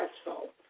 stressful